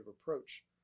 approach